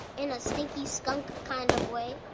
in a stinky skunk kind of way.